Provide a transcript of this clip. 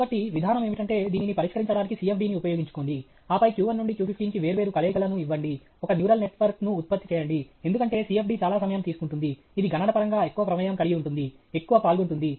కాబట్టి విధానం ఏమిటంటే దీనిని పరిష్కరించడానికి CFD ని ఉపయోగించుకోండి ఆపై q1 నుండి q15 కి వేర్వేరు కలయికలను ఇవ్వండి ఒక న్యూరల్ నెట్వర్క్ ను ఉత్పత్తి చేయండి ఎందుకంటే CFD చాలా సమయం తీసుకుంటుంది ఇది గణనపరంగా ఎక్కువ ప్రమేయం కలిగి ఉంటుంది ఎక్కువ పాల్గొంటుంది